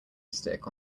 stick